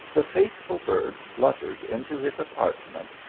the faithful bird fluttered into his apartment,